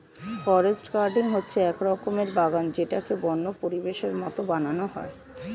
forest gardening হচ্ছে এক রকমের বাগান যেটাকে বন্য পরিবেশের মতো বানানো হয়